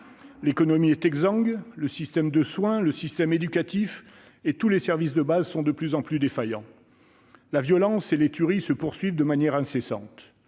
L'économie est exsangue ; le système de soins, le système éducatif et tous les services de base sont de plus en plus défaillants. La violence et les tueries se poursuivent de manière incessante.